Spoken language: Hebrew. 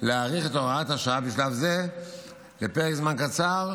להאריך את הוראת השעה בשלב זה לפרק זמן קצר,